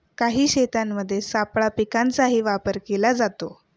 काही शेतांमध्ये सापळा पिकांचाही वापर केला जातो